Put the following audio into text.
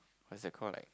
what's that called like